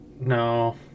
No